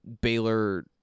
Baylor